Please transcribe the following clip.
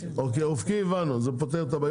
אופקי הבנו זה פותר את הבעיה,